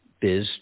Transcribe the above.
biz